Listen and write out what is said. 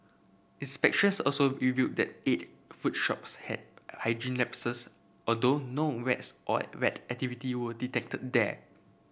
inspections also revealed that eight food shops had hygiene lapses although no rats or rat activity were detected there